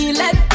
let